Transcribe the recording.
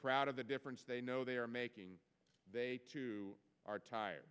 proud of the difference they know they are making they too are tired